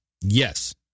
Yes